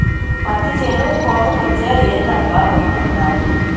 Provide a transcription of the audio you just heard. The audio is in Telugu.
పత్తి చేను కోతకొచ్చే, ఏందబ్బా గమ్మునుండావు